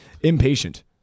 impatient